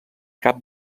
cap